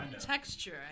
texture